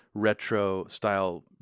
retro-style